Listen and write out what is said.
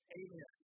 amen